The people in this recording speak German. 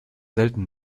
selten